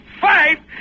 fight